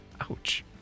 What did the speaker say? Ouch